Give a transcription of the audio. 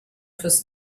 fürs